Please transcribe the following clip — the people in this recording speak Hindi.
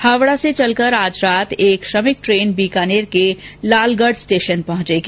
हावड़ा से चलकर आज रात एक श्रमिक ट्रेन बीकानेर के लालगढ स्टेशन पहुंचेगी